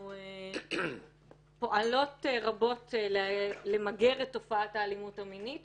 אנחנו פועלות רבות למיגור של תופעת האלימות המינית,